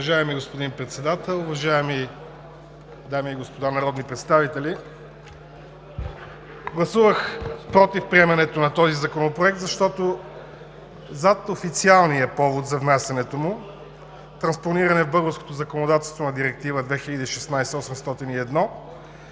Уважаеми господин Председател, уважаеми дами и господа народни представители! Гласувах „против“ приемането на този законопроект, защото зад официалния повод за внасянето му – транспониране в българското законодателство на Директива 2016/801